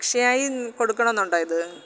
അക്ഷയായില് കൊടുക്കണമെന്നുണ്ടോ ഇത്